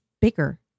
bigger